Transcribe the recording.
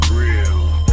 real